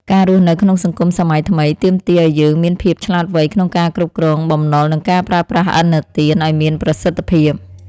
ការរស់នៅក្នុងសង្គមសម័យថ្មីទាមទារឱ្យយើងមានភាពឆ្លាតវៃក្នុងការគ្រប់គ្រងបំណុលនិងការប្រើប្រាស់ឥណទានឱ្យមានប្រសិទ្ធភាព។